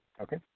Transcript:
Okay